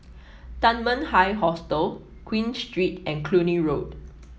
Dunman High Hostel Queen Street and Cluny Road